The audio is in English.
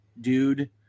dude